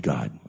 God